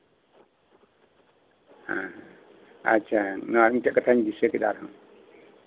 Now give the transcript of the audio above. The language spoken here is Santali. ᱦᱮᱸ ᱟᱪᱪᱷᱟ ᱟᱨ ᱱᱚᱶᱟ ᱢᱤᱫᱴᱮᱱ ᱠᱛᱷᱟᱧ ᱫᱤᱥᱟᱹ ᱠᱮᱫᱟ ᱟᱨᱦᱚᱸ